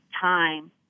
time